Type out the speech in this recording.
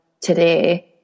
today